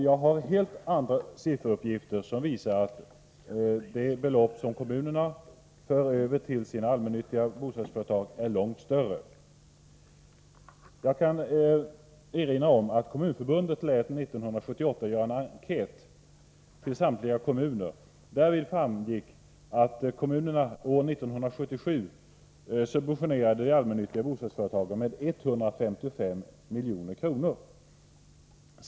Jag har helt andra sifferuppgifter som visar att de belopp som kommunerna för över till sina allmännyttiga bostadsföretag är långt större. Jag vill erinra om att Kommunförbundet år 1978 lät göra en enkät bland, samtliga kommuner. Av denna framgick att kommunerna år 1977 subventionerade de allmännyttiga bostadsföretagen med 155 milj.kr.